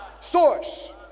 source